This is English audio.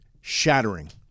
Shattering